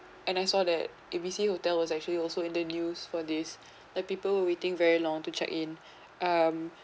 and I saw that A B C hotel was actually also in the news for this the people were waiting very long to check in um